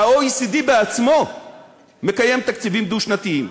ה-OECD בעצמו מקיים תקציבים דו-שנתיים.